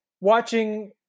watching